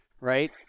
right